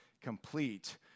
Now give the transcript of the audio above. complete